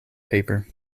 paper